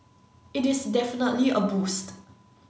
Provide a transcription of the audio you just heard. it is definitely a boost